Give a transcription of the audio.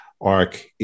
arc